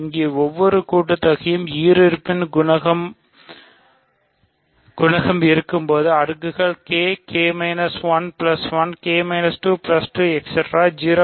இங்கே ஒவ்வொரு கூட்டுதொகையும் ஈருறுப்பு குணகம் இருக்கும்போது அடுக்குகள் k k 1 1 k 2 2